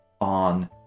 on